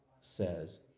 says